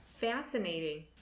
Fascinating